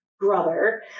brother